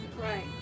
Right